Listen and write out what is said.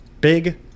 big